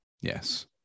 Yes